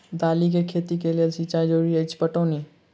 दालि केँ खेती केँ लेल सिंचाई जरूरी अछि पटौनी?